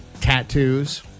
tattoos